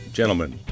gentlemen